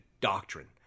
doctrine